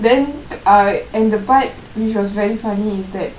then err the part which was very funny was that